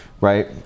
right